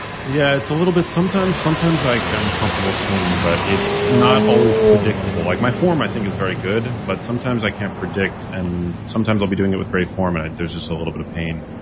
yeah, it's a little bit. sometimes sometimes like i'm comfortable swinging, but it's not always predictable. like my form i think is very good. but sometimes i can't predict, and sometimes i'll be doing it with great form and there's just a little bit of pain.